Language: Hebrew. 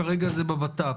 כרגע זה בבט"פ.